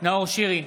נאור שירי,